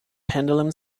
pendulum